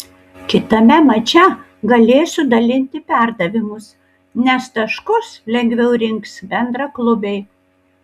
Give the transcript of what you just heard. kitame mače galėsiu dalinti perdavimus nes taškus lengviau rinks bendraklubiai